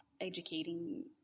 educating